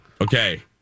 Okay